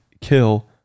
kill